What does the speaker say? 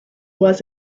was